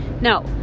No